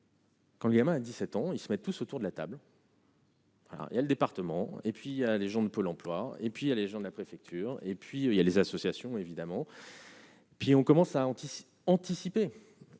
Quand le gamin à 17 ans, ils se mettent tous autour de la table. Alors il y a le département et puis les gens de Pôle emploi et puis il y a les gens de la préfecture et puis il y a les associations évidemment. Puis on commence à anticiper,